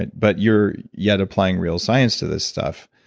and but you're yet applying real science to this stuff,